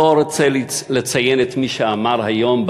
אני לא רוצה לציין את מי שאמר היום,